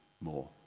more